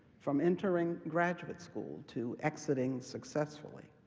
from entering graduate school, to exiting successfully,